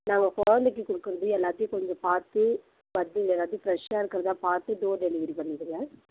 நாங்கள் குழந்தைக்கி கொடுக்குறது எல்லாத்தையும் கொஞ்சம் பார்த்து ஃபஸ்டு நீங்கள் எல்லாத்தையும் ஃப்ரெஷாக இருக்கிறதா பார்த்து டோர் டெலிவரி பண்ணிவிடுங்க